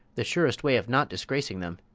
the surest way of not disgracing them,